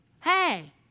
hey